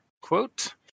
quote